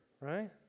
right